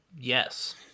Yes